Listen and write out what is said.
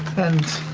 and